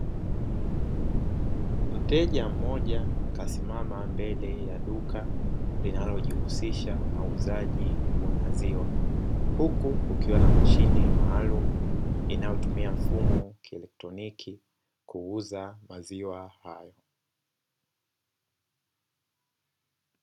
Mteja mmoja kasimama mbele ya duka linalojihusisha na uuzaji wa maziwa, huku kukiwa na mashine maalumu inayo tumia mfumo wa kielektroniki kuuza maziwa hayo.